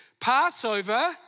Passover